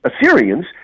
Assyrians—